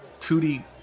2D